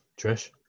Trish